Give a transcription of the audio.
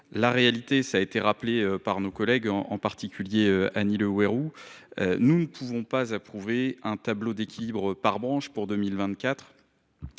La réalité a été rappelée par nos collègues, en particulier Annie Le Houerou. Nous ne pouvons pas approuver un tableau d’équilibre par branches pour 2024